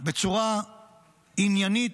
בצורה עניינית,